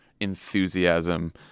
enthusiasm